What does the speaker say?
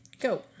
Go